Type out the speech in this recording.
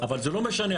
אבל זה לא משנה,